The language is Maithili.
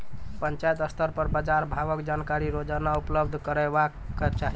पंचायत स्तर पर बाजार भावक जानकारी रोजाना उपलब्ध करैवाक चाही?